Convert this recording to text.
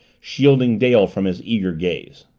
shielding dale from his eager gaze.